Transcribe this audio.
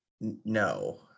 no